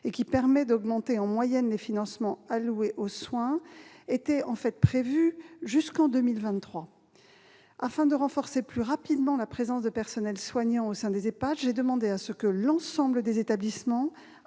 qui permet d'augmenter, en moyenne, les financements alloués aux soins, était prévue jusqu'en 2023. Afin de renforcer plus rapidement la présence de personnels soignants au sein des EHPAD, j'ai demandé à ce que l'ensemble des établissements